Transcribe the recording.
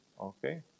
Okay